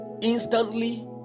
instantly